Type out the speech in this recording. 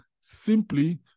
simply